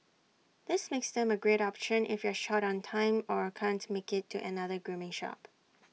this makes them A great option if you're short on time or can't make IT to another grooming shop